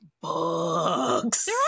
books